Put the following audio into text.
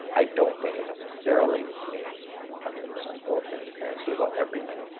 i don't think it necessarily means one hundred percent full transparency about everything,